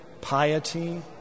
piety